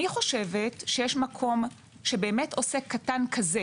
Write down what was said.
אני חושבת שיש מקום שעוסק קטן כזה,